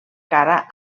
cara